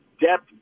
depth